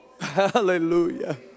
Hallelujah